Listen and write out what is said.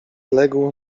legł